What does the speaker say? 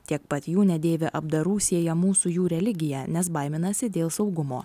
tiek pat jų nedėvi apdarų siejamų su jų religija nes baiminasi dėl saugumo